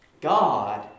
God